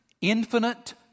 infinite